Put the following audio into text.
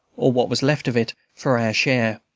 or what was left of it, for our share.